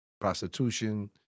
Prostitution